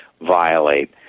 violate